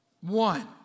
one